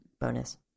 bonus